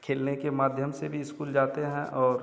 खेलने के माध्यम से भी इस्कुल जाते हैं और